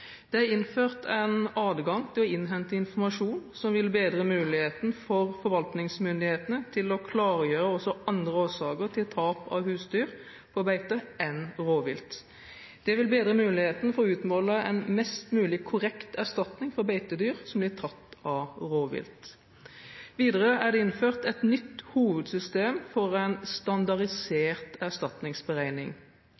Det er innført en adgang til å innhente informasjon som vil bedre muligheten for forvaltningsmyndighetene til å klargjøre også andre årsaker til tap av husdyr på beite enn rovvilt. Det vil bedre muligheten for å utmåle en mest mulig korrekt erstatning for beitedyr som blir tatt av rovvilt. Videre er det innført et nytt hovedsystem for en